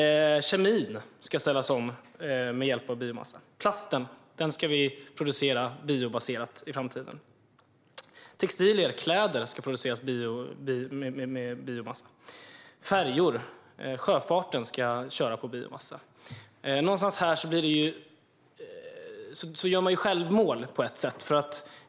Kemin ska ställas om med hjälp av biomassa. Plasten ska vi producera biobaserat i framtiden. Textilier - kläder - ska produceras med biomassa. När det gäller sjöfarten ska färjor köra på biomassa. Någonstans här gör man självmål på ett sätt.